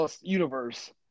universe